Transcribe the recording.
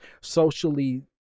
socially